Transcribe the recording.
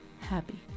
happy